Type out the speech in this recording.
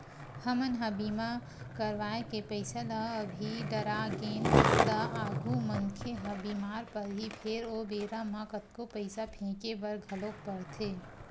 हमन ह बीमा करवाय के पईसा ल अभी डरागेन त आगु मनखे ह बीमार परही फेर ओ बेरा म कतको पईसा फेके बर घलोक परथे